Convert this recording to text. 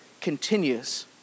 continues